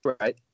right